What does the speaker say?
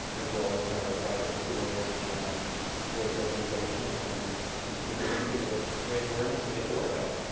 as well as a number of private schools and sports organizations, and continuing to raise awareness and get the word out.